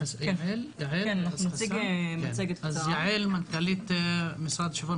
יעל, מנכ"לית המשרד לשוויון